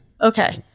Okay